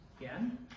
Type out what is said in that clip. Again